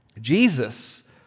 Jesus